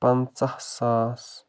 پَنٛژاہ ساس